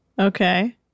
Okay